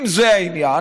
אם זה העניין,